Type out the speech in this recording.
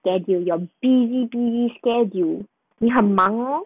schedule your busy busy schedule 你很忙哦